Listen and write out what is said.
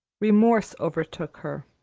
remorse overtook her.